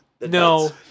no